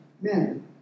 men